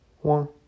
One